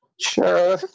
sure